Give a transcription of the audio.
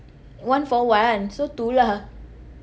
one for one so two lah